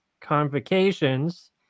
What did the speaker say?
convocations